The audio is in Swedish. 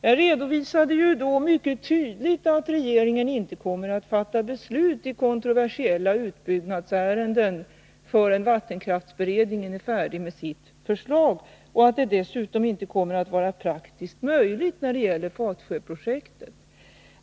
Jag redovisade ju då mycket tydligt att regeringen inte kommer att fatta beslut i kontroversiella utbyggnadsärenden förrän vattenkraftsberedningen är färdig med sitt förslag och att det dessutom inte kommer att vara praktiskt möjligt när det gäller Fatsjöprojektet.